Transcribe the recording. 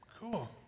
cool